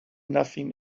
nothing